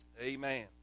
Amen